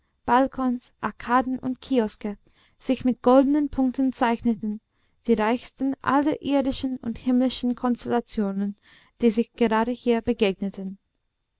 balkons arkaden und kioske sich mit goldenen punkten zeichneten die reichsten aller irdischen und himmlischen konstellationen die sich gerade hier begegneten